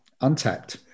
untapped